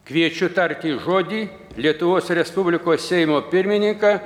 kviečiu tarti žodį lietuvos respublikos seimo pirmininką